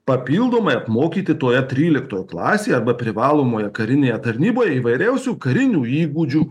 papildomai apmokyti toje tryliktoj klasėj arba privalomoje karinėje tarnyboj įvairiausių karinių įgūdžių